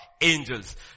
angels